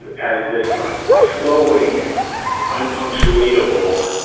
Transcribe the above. as this left flowing unpunctuated ball,